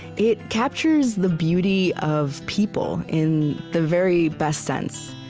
it captures the beauty of people, in the very best sense.